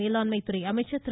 மேலாண்மைத் துறை அமைச்சர் திரு